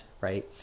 right